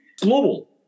global